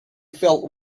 felt